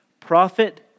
prophet